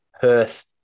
Perth